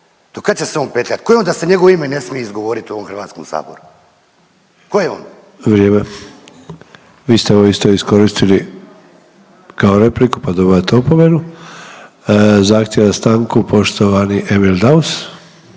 Do kad će se on petljat? Tko je on da se njegovo ime ne smije izgovoriti u ovom Hrvatskom saboru? Tko je on? …/Upadica Sanader: Vrijeme./… **Sanader, Ante (HDZ)** Vi ste ovo isto iskoristili kao repliku, pa dobivate opomenu. Zahtjev za stanku poštovani Emil Daus.